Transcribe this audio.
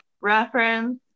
reference